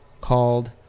called